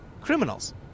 criminals